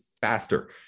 faster